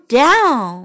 down